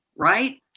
right